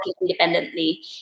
independently